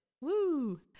Woo